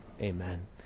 Amen